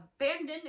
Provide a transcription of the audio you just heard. abandoned